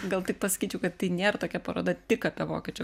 gal tik pasakyčiau kad tai nėr tokia paroda tik apie vokiečių